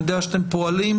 אני יודע שאתם פועלים.